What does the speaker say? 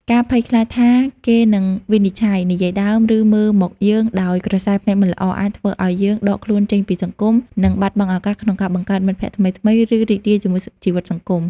ការភ័យខ្លាចថាគេនឹងវិនិច្ឆ័យ និយាយដើម ឬមើលមកយើងដោយក្រសែភ្នែកមិនល្អ អាចធ្វើឱ្យយើងដកខ្លួនចេញពីសង្គម និងបាត់បង់ឱកាសក្នុងការបង្កើតមិត្តភក្តិថ្មីៗ ឬរីករាយជាមួយជីវិតសង្គម។